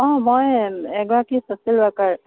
অঁ মই এগৰাকী ছ'চিয়েল ৱৰ্কাৰ